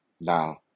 Now